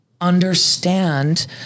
Understand